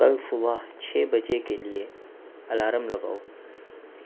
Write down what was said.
کل صبح چھ بجے کے لیے الارم لگاؤ